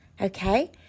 okay